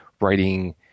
writing